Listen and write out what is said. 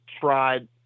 tried